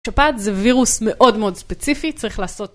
שפעת זה וירוס מאוד מאוד ספציפי, צריך לעשות.